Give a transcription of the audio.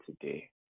today